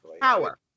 power